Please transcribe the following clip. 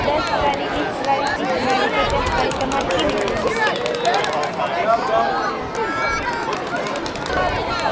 દસવાળી વીસવાળી ત્રીસવાળી પચાસવાળી તમારે કેવી જોઈએ